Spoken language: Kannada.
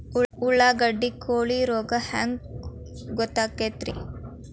ಉಳ್ಳಾಗಡ್ಡಿ ಕೋಳಿ ರೋಗ ಹ್ಯಾಂಗ್ ಗೊತ್ತಕ್ಕೆತ್ರೇ?